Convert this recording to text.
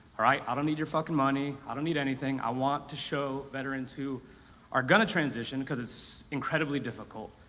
alright, i don't need your fucking money. i don't need anything. i want to show veterans who are gonna transition, cause it's incredibly difficult.